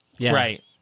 right